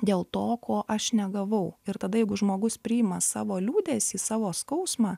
dėl to ko aš negavau ir tada jeigu žmogus priima savo liūdesį savo skausmą